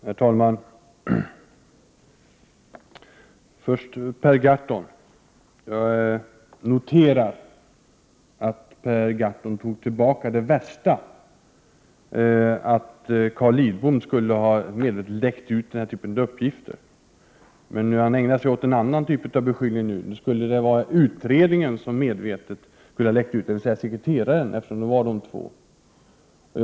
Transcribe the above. Herr talman! Först noterar jag att Per Gahrton tog tillbaka den värsta anklagelsen, att Carl Lidbom medvetet skulle ha läckt ut den här typen av uppgifter. Nu ägnar han sig åt en annan typ av beskyllning, att det skulle vara utredningen, dvs. sekreteraren, eftersom det var de två, som medvetet skulle ha läckt ut uppgifter.